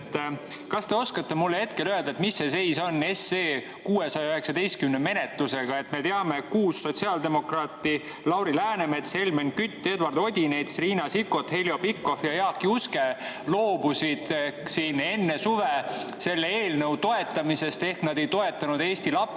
Kas te oskate mulle hetkel öelda, mis seis on 619 SE menetlusega? Me teame, et kuus sotsiaaldemokraati – Lauri Läänemets, Helmen Kütt, Eduard Odinets, Riina Sikkut, Heljo Pikhofi ja Jaak Juske – loobus enne suve selle eelnõu toetamisest, nad ei toetanud Eesti lapsi,